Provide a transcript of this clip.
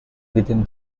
within